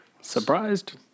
Surprised